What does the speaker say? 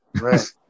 Right